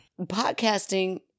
Podcasting